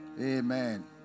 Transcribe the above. Amen